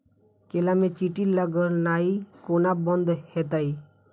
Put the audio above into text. केला मे चींटी लगनाइ कोना बंद हेतइ?